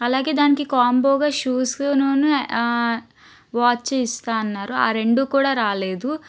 అలాగే దానికి కాంబోగా షూషునును వాచ్ ఇస్తానన్నారు ఆ రెండు కూడా రాలేదు